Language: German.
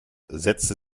setzte